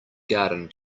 garden